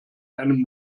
einem